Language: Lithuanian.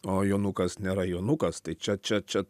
o jonukas nėra jonukas tai čia čia čia